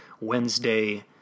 Wednesday